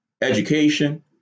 education